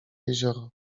jezioro